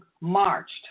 marched